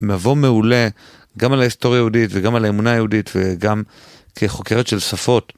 מבוא מעולה גם על ההיסטוריה היהודית וגם על האמונה היהודית וגם כחוקרת של שפות.